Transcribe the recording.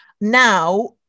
now